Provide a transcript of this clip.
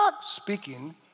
speaking